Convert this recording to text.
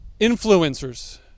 influencers